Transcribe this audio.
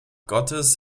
gottes